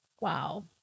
Wow